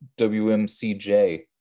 WMCJ